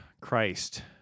Christ